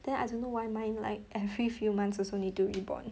then I don't know why mine like every few months also need to rebond